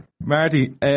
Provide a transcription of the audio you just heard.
Marty